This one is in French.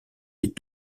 des